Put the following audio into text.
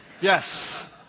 Yes